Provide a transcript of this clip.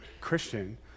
Christian